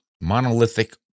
monolithic